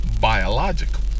biological